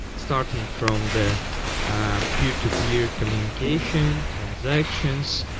starting from the peer-to-peer communication, transactions,